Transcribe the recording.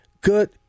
good